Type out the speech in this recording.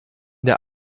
der